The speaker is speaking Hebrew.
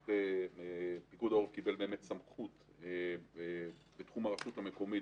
פיקוד העורף קיבל סמכות בתחום הרשות המקומית,